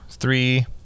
three